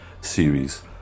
Series